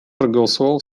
проголосовал